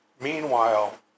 Meanwhile